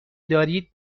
دارید